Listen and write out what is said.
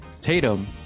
Tatum